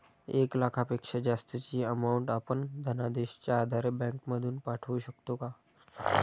एक लाखापेक्षा जास्तची अमाउंट आपण धनादेशच्या आधारे बँक मधून पाठवू शकतो का?